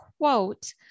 quote